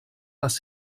les